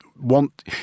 want